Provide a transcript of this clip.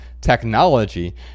Technology